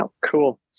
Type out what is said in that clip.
Cool